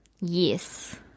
Yes